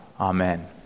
Amen